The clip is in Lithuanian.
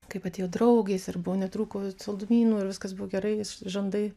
kaip atėjo draugės ir buvo netrūko saldumynų ir viskas buvo gerai žandai